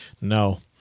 No